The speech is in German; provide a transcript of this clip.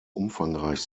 umfangreich